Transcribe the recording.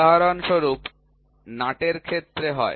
উদাহরণ স্বরূপ নাটের ক্ষেত্রে হয়